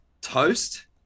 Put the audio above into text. toast